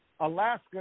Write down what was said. Alaska